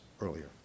earlier